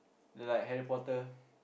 the like Harry-Potter